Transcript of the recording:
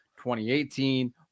2018